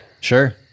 Sure